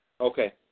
Okay